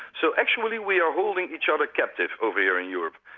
so actually we are holding each other captive over here in europe.